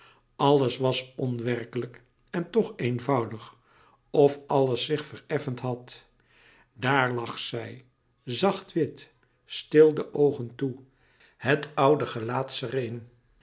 alles was onwerkelijk en toch eenvoudig of alles zich vereffend had daar lag zij zacht wit stil de oogen toe het oude gelaat